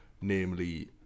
namely